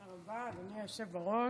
תודה רבה, אדוני היושב-ראש.